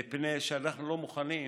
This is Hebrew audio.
מפני שאנחנו לא מוכנים